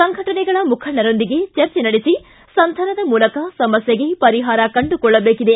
ಸಂಘಟನೆಗಳ ಮುಖಂಡರೊಂದಿಗೆ ಚರ್ಚೆ ನಡೆಸಿ ಸಂಧಾನದ ಮೂಲಕ ಸಮಸ್ಥೆಗೆ ಪರಿಹಾರ ಕಂಡುಕೊಳ್ಳಬೇಕಿದೆ